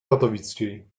katowickiej